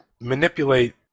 manipulate